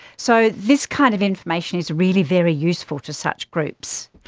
so this kind of information is really very useful to such groups.